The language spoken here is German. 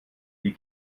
die